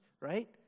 right